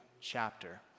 chapter